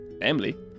family